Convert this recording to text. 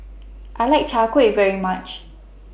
I like Chai Kuih very much